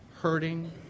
hurting